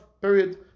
period